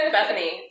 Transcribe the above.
Bethany